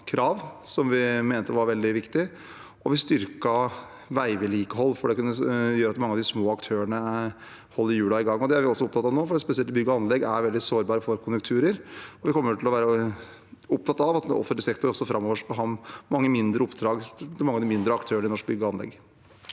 som vi mente var veldig viktig, og vi styrket veivedlikeholdet, for det kan gjøre at mange av de små aktørene holder hjulene i gang. Det er vi også opptatt av nå, for spesielt bygg- og anleggsbransjen er veldig sårbar for konjunkturer, og vi kommer til å være opptatt av at offentlig sektor også framover skal ha oppdrag for mange av de mindre aktørene i norsk bygg- og